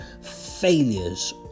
failures